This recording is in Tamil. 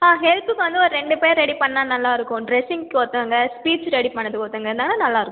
ஆ ஹெல்ப்புக்கு வந்து ஒரு ரெண்டு பேர் ரெடி பண்ணால் நல்லா இருக்கும் ட்ரெஸ்ஸிங்க்கு ஒருத்தவங்க ஸ்பீச் ரெடி பண்ணுறதுக்கு ஒருத்தவங்க இருந்தால் தான் நல்லா இருக்கும்